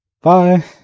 Bye